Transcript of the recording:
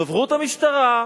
דוברוּת המשטרה,